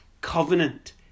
covenant